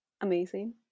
amazing